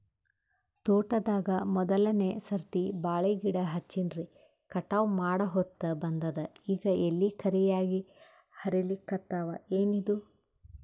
ತೋಟದಾಗ ಮೋದಲನೆ ಸರ್ತಿ ಬಾಳಿ ಗಿಡ ಹಚ್ಚಿನ್ರಿ, ಕಟಾವ ಮಾಡಹೊತ್ತ ಬಂದದ ಈಗ ಎಲಿ ಕರಿಯಾಗಿ ಹರಿಲಿಕತ್ತಾವ, ಏನಿದು?